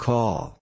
Call